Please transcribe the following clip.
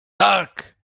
tak